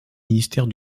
ministère